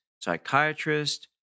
psychiatrist